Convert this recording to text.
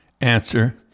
answer